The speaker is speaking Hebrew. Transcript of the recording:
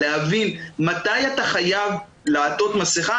להבין מתי אתה חייב לעטות מסכה,